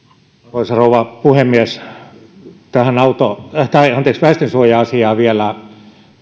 arvoisa rouva puhemies tähän väestönsuoja asiaan vielä